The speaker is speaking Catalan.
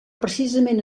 precisament